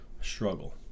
struggle